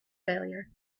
failure